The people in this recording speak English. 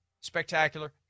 spectacular